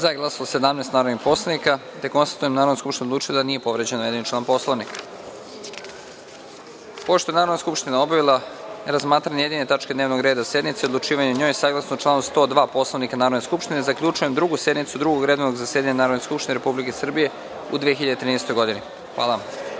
prisutnih 140 narodnih poslanika. Konstatujem da je Narodna skupština odlučila da nije povređen navedeni član Poslovnika. Pošto je Narodna skupština obavila razmatranje jedine tačke dnevnog reda sednice i odlučivanje o njoj, saglasno članu 102. Poslovnika Narodne skupštine, zaključujem Drugu sednicu Drugog redovnog zasedanja Narodne skupštine Republike Srbije u 2013. godini. Hvala